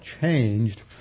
changed